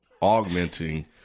augmenting